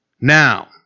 Now